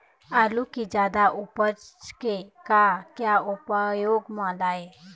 आलू कि जादा उपज के का क्या उपयोग म लाए?